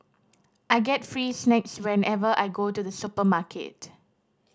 I get free snacks whenever I go to the supermarket